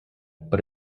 but